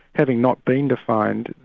having not been defined,